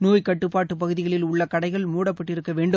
நோய்க் கட்டுப்பாட்டு பகுதிகளில் உள்ள கடைகள் மூடப்பட்டிருக்க வேண்டும்